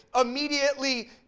immediately